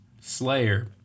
Slayer